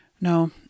no